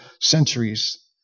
centuries